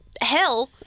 hell